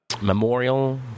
memorial